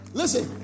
listen